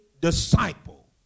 disciple